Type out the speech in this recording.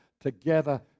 Together